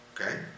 Okay